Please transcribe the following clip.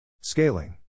Scaling